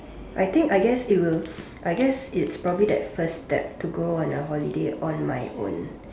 I think I guess it will I guess it's probably that first steps to go on a holiday on my own